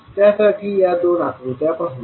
त्यासाठी या दोन आकृत्या पाहूया